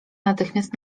natychmiast